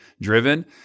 driven